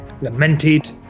lamented